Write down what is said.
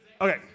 Okay